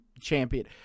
champion